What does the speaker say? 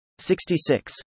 66